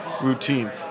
routine